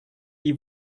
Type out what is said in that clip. die